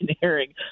hearing